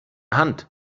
hand